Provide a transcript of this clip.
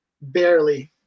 barely